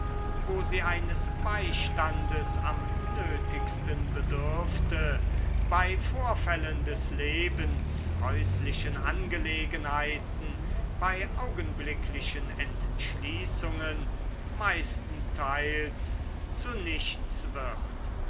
wo sie eines beistandes am nötigsten bedürfte bei vorfällen des lebens häuslichen angelegenheiten bei augenblicklichen entschließungen meistenteils zu nichts wird